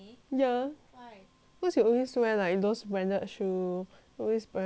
cause you always wear like those branded shoes always wear branded shirt